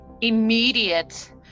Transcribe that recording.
immediate